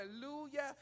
hallelujah